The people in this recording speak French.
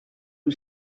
rue